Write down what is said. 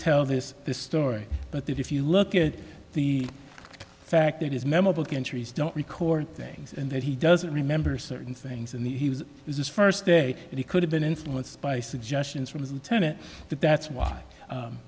tell this story but if you look at the fact that his memorable countries don't record things and that he doesn't remember certain things and he was his first day and he could have been influenced by suggestions from his lieutenant that that's why